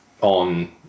on